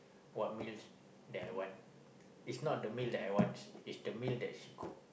what meal that I want it's not the meal that I want it's the meal that she cook